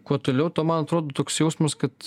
kuo toliau tuo man atrodo toks jausmas kad